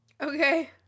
Okay